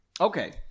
Okay